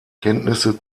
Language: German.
kenntnisse